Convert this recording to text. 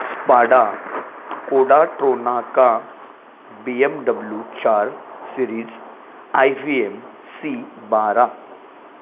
स्पाडा Codatronca B M W चार series I V M C बारा